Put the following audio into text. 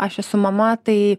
aš esu mama tai